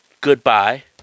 goodbye